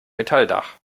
metalldach